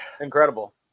incredible